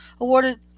awarded